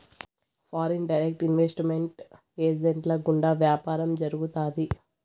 foreign direct investment ఏజెంట్ల గుండా వ్యాపారం జరుగుతాది